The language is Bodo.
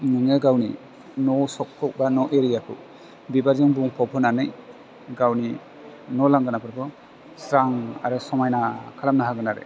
नोङो गावनि न' सखखौ बा न' एरियाखौ बिबारजों बुंफबहोनानै गावनि न' लांगोनाफोरखौ स्रां आरो समायना खालामनो हागोन आरो